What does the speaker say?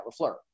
LaFleur